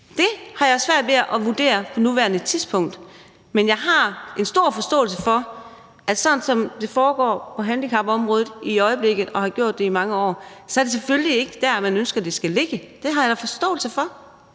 Det har jeg svært ved at vurdere på nuværende tidspunkt. Men jeg har en stor forståelse for, at sådan som det foregår på handicapområdet i øjeblikket og har gjort det i mange år, er det selvfølgelig ikke der, man ønsker at det skal ligge. Det har jeg da forståelse for.